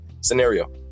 Scenario